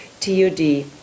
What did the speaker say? TUD